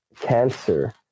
cancer